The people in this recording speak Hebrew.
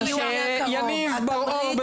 יניב בר אור,